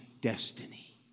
Destiny